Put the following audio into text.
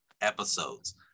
episodes